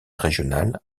régional